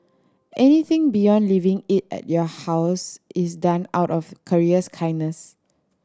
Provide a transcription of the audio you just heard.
anything beyond leaving it at your house is done out of courier's kindness